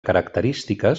característiques